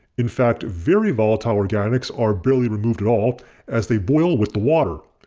in fact, very volatile organics are barely removed at all as they boil with the water.